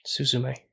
Suzume